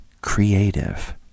creative